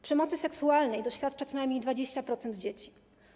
Przemocy seksualnej doświadcza co najmniej 20% dzieci.